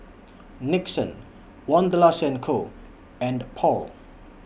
Nixon Wanderlust and Co and Paul